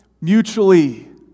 mutually